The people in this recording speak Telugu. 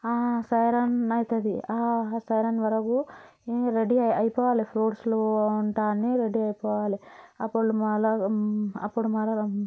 సైరన్ అవుతుంది సైరన్ వరకు రెడీ అయిపోవాలి ఫ్రూట్స్లో అంతా అన్నీ రెడీ అయిపోవాలి అప్పుడు మరల అప్పుడు అందరం